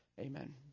Amen